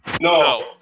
No